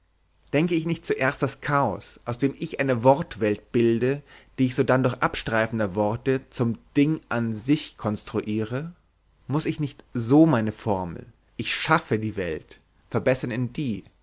denke ich nicht zuerst das chaos aus dem ich eine wortwelt bilde die ich sodann durch abstreifen der worte zum ding an sich konstruiere muß ich nicht so meine formel ich schaffe die welt verbessern in die